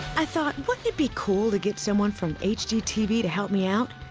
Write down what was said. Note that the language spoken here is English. i thought, wouldn't it be cool to get someone from hgtv to help me out.